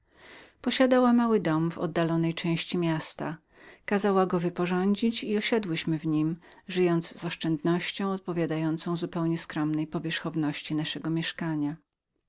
posiadała była niegdyś mały dom w oddalonej części miasta kazała go wyporządzić zewnątrz i wewnątrz osiadłyśmy w nim i żyłyśmy z oszczędnością odpowiadającą zupełnie skromnej powierzchowności naszego mieszkania